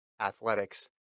Athletics